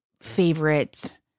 favorite